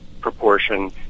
proportion